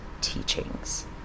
teachings